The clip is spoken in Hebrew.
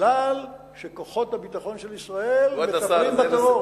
זה שכוחות הביטחון של ישראל מטפלים בטרור,